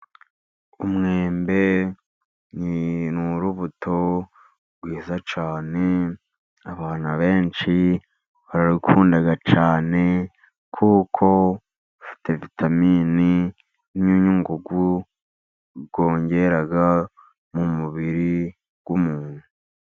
Umwembe ni urubuto rwiza cyane abantu benshi bararukunda cyane, kuko rufite vitamini n'imyunyungugu rwongera mu mubiri w'umuntu.